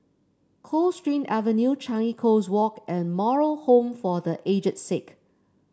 Coldstream Avenue Changi Coast Walk and Moral Home for The Aged Sick